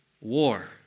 war